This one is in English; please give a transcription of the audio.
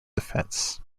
defence